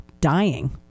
dying